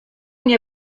nie